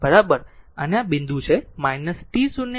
અને આ બિંદુ છે t 0 1